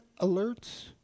alerts